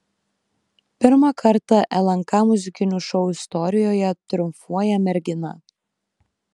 pirmą kartą lnk muzikinių šou istorijoje triumfuoja mergina